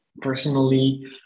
personally